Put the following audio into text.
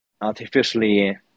artificially